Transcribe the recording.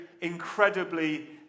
incredibly